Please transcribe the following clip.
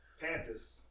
Panthers